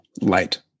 light